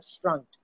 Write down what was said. shrunk